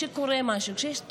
כשקורה משהו, כשיש תאונה,